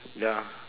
ya